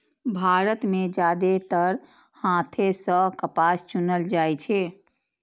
भारत मे जादेतर हाथे सं कपास चुनल जाइ छै